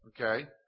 Okay